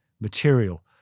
material